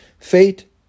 Fate